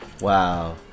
Wow